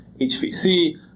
HVC